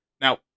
Now